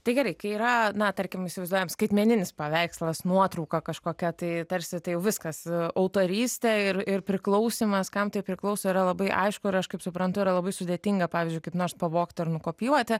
tai gerai kai yra na tarkim įsivaizduojam skaitmeninis paveikslas nuotrauka kažkokia tai tarsi tai viskas autorystė ir ir priklausymas kam tai priklauso yra labai aišku ir aš kaip suprantu yra labai sudėtinga pavyzdžiui kaip nors pavogti ar nukopijuoti